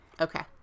Okay